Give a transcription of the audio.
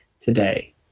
today